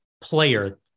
player